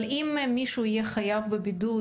אבל אם מישהו יהיה חייב בבידוד,